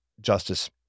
Justice